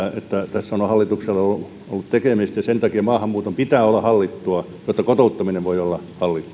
tässä on hallituksella ollut tekemistä sen takia maahanmuuton pitää olla hallittua jotta kotouttaminen voi olla